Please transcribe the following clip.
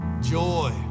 Joy